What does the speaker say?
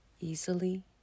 easily